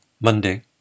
Monday